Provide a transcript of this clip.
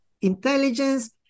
intelligence